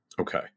Okay